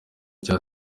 cya